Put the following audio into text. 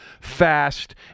fast